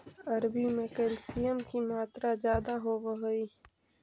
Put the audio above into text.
अरबी में कैल्शियम की मात्रा ज्यादा होवअ हई